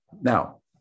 Now